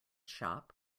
shop